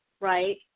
Right